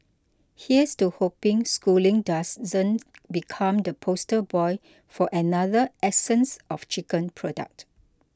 here's to hoping Schooling doesn't become the poster boy for another essence of chicken product